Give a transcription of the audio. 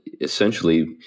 essentially